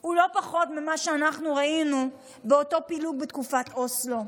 הוא לא פחות ממה שאנחנו ראינו באותו פילוג בתקופת אוסלו,